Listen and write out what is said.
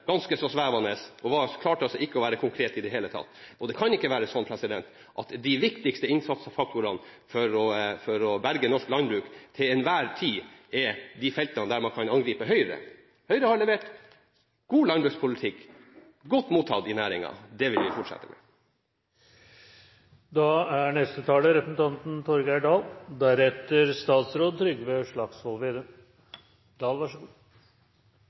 ganske så svevende og klarte ikke å være konkret i det hele tatt. Det kan ikke være sånn at de viktigste innsatsfaktorene for å berge norsk landbruk til enhver tid er de feltene der man kan angripe Høyre. Høyre har levert god landbrukspolitikk, den er godt mottatt i næringen, og det vil vi fortsette med. Landbrukspolitikk er